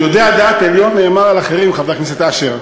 "יודע דעת עליון", נאמר על אחרים, חבר הכנסת אשר.